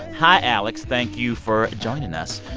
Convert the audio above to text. hi, alex. thank you for joining us.